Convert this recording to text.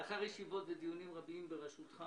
"לאחר ישיבות ודיונים רבים בראשותך,